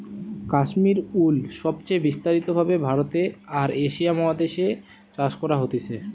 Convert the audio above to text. Kashmir wool সবচে বিস্তারিত ভাবে ভারতে আর এশিয়া মহাদেশ এ চাষ করা হতিছে